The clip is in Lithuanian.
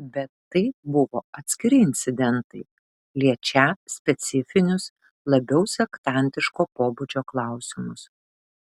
bet tai buvo atskiri incidentai liečią specifinius labiau sektantiško pobūdžio klausimus